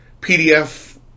PDF